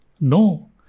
No